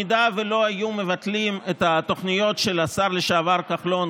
אם לא היו מבטלים את התוכניות של השר לשעבר כחלון